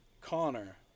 Connor